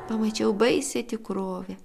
pamačiau baisią tikrovę